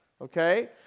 okay